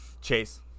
chase